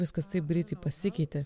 viskas taip greitai pasikeitė